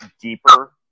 deeper